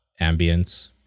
ambience